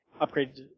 upgrade